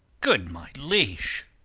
good my liege